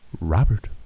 Robert